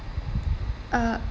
uh